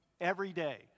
everyday